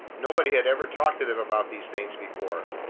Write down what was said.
nobody had ever talked to them about these things before.